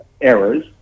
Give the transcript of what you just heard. errors